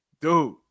Dude